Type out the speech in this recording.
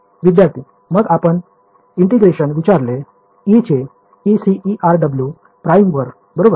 विद्यार्थी मग आपण ईंटेग्रेशन विचारले E चे e c e r W prime वर बरोबर